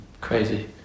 crazy